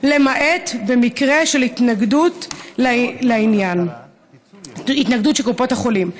למעט במקרה של התנגדות לעניין קופת החולים.